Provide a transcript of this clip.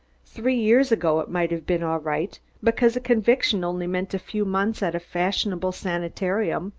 three years ago it might have been all right, because a conviction only meant a few months at a fashionable sanitarium,